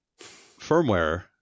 firmware